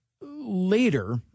later